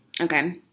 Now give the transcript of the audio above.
Okay